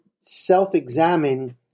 self-examine